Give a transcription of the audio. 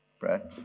right